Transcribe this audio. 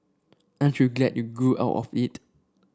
aren't you glad you grew out of it